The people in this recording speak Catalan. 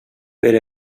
per